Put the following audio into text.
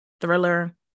Thriller